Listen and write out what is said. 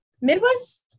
Midwest